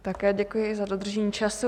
Také děkuji za dodržení času.